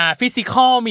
physical